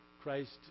Christ